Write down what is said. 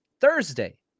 Thursday